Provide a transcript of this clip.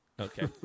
Okay